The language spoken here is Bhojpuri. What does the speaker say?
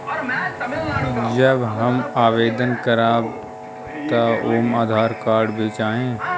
जब हम आवेदन करब त ओमे आधार कार्ड भी चाही?